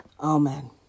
Amen